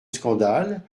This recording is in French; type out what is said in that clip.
scandale